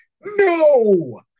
No